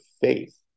faith